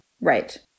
Right